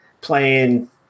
playing